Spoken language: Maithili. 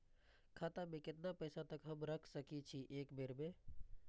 खाता में केतना पैसा तक हमू रख सकी छी एक बेर में?